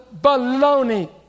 Baloney